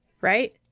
Right